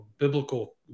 biblical